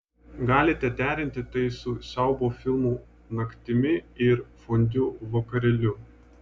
galite derinti tai su siaubo filmų naktimi ir fondiu vakarėliu